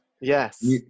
Yes